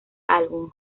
álbum